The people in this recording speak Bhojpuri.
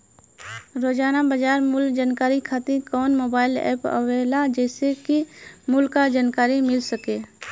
रोजाना बाजार मूल्य जानकारी खातीर कवन मोबाइल ऐप आवेला जेसे के मूल्य क जानकारी मिल सके?